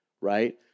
right